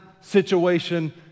situation